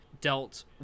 dealt